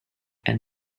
and